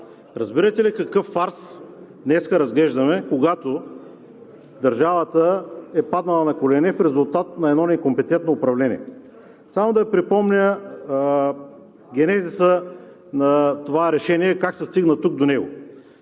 разбирате ли какъв фарс днес разглеждаме, когато държавата е паднала на колене в резултат на едно некомпетентно управление?! Само да Ви припомня генезиса на това решение и как се стигна до него.